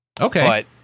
okay